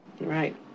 right